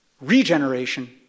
regeneration